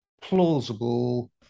plausible